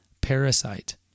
parasite